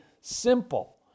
simple